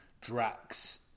Drax